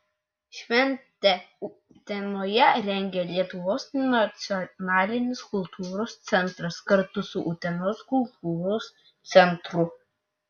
šventę utenoje rengia lietuvos nacionalinis kultūros centras kartu su utenos kultūros centru